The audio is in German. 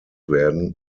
werden